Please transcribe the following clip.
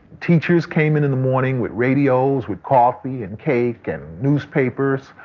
teachers came in in the morning with radios, with coffee and cake and newspapers.